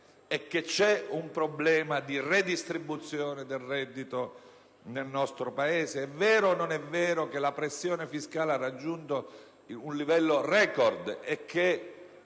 e che esiste un problema di redistribuzione del reddito nel nostro Paese? È vero o non è vero che la pressione fiscale ha raggiunto un livello *record*